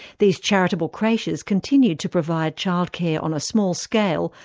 these charitable creches continued to provide childcare on a small scale,